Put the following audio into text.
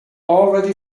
already